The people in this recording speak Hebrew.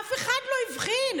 אף אחד לא הבחין.